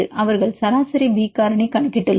அவர்கள் சராசரி பி காரணி கணக்கிட்டுள்ளனர்